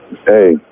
Hey